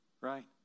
right